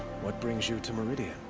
what brings you to meridian?